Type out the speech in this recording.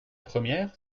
première